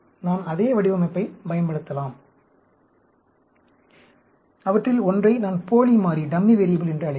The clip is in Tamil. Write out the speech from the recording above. நான் அதே வடிவமைப்பைப் பயன்படுத்தலாம் அவற்றில் ஒன்றை நான் போலி மாறி என்று அழைப்பேன்